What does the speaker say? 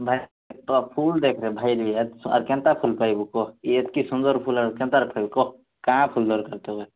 ଭାଇ ଫୁଲ୍ ତ ଦେଖ୍ରେ ଭାଇ ଆର୍ କେନ୍ତା ଫୁଲ୍ ପାଇବୁ କହ ଇଏ ଏତ୍କି ସୁନ୍ଦର୍ ଫୁଲ୍ କେନ୍ତା ପାଇବୁ କହ କାଁ ଫୁଲ୍ ଦର୍କାର୍